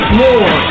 more